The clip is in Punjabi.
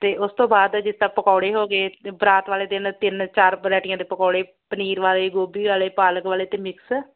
ਅਤੇ ਉਸ ਤੋਂ ਬਾਅਦ ਜਿੱਦਾਂ ਪਕੌੜੇ ਹੋਗੇ ਬਰਾਤ ਵਾਲ਼ੇ ਦਿਨ ਤਿੰਨ ਚਾਰ ਵਰੈਟੀਆਂ ਦੇ ਪਕੌੜੇ ਪਨੀਰ ਵਾਲ਼ੇ ਗੋਭੀ ਵਾਲ਼ੇ ਪਾਲਕ ਵਾਲ਼ੇ ਅਤੇ ਮਿਕਸ